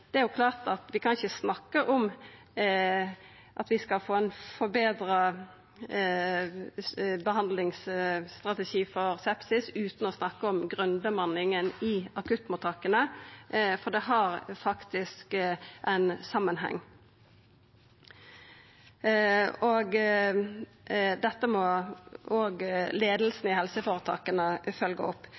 Det er klart at vi ikkje kan snakka om at vi skal få ein forbetra behandlingsstrategi for sepsis utan å snakka om grunnbemanninga i akuttmottaka, for det er faktisk ein samanheng. Dette må òg leiinga i helseføretaka følgja opp.